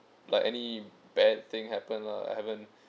like any bad thing happen lah I haven't